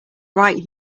right